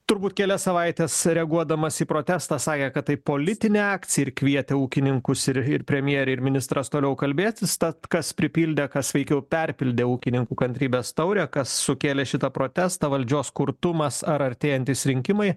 turbūt kelias savaites reaguodamas į protestą sakė kad tai politinė akcija ir kvietė ūkininkus ir ir premjerė ir ministras toliau kalbėtis tad kas pripildė kas veikiau perpildė ūkininkų kantrybės taurę kas sukėlė šitą protestą valdžios kurtumas ar artėjantys rinkimai